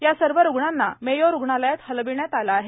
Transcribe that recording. या सर्व रुग्णांना मेयो रुग्णालयात हलविण्यात आलं आहे